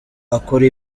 akora